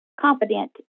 confident